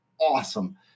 awesome